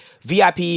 VIP